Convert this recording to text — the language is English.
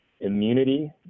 immunity